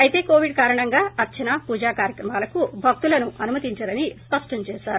అయితే కోవిడ్ కారణంగా అర్బన పూజా కార్యక్రమాలుక భక్తులను అనుమతించరని స్పష్టం చేశారు